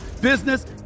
business